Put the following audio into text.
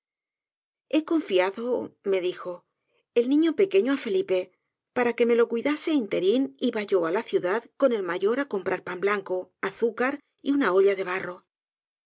he confiado me dijo el niño pequeño á felipe para que me lo cuidase ínterin iba yo á la ciudad con el mayor á comprar pan blanco azúcar y una olla de barro